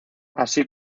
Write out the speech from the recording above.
así